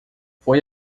foi